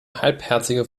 halbherziger